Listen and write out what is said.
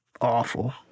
awful